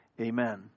amen